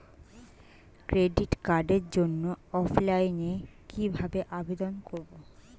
Credit কার্ডের জন্য অফলাইনে কিভাবে আবেদন করব?